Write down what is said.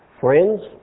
friends